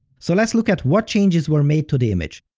so let's look at what changes were made to the image.